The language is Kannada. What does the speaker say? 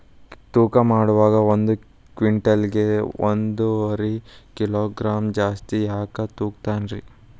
ತೂಕಮಾಡುವಾಗ ಒಂದು ಕ್ವಿಂಟಾಲ್ ಗೆ ಒಂದುವರಿ ಕಿಲೋಗ್ರಾಂ ಜಾಸ್ತಿ ಯಾಕ ತೂಗ್ತಾನ ರೇ?